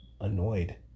annoyed